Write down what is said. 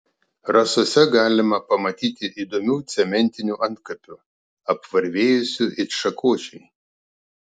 rasose galima pamatyti įdomių cementinių antkapių apvarvėjusių it šakočiai